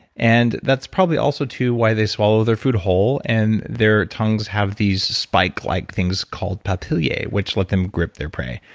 and that's probably also, too, why they swallow their food whole and their tongues have these spike-like things called papillae, which let them grip their prey.